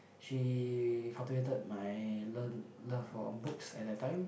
she cultivated my learn love for books at that time